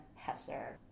Hesser